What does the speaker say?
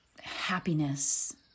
happiness